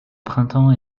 printemps